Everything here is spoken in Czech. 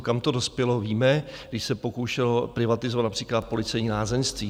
Kam to dospělo, víme, když se pokoušelo privatizovat například policejní lázeňství.